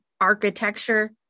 architecture